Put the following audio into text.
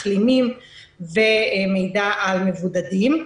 מחלימים ומידע על מבודדים.